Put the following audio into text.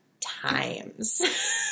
times